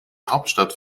hauptstadt